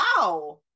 wow